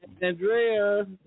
Andrea